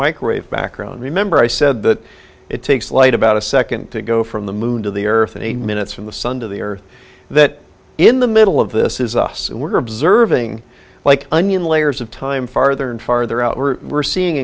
microwave background remember i said that it takes light about a second to go from the moon to the earth in a minutes from the sun to the earth that in the middle of this is us were observing like onion layers of time farther and farther out we're we're seeing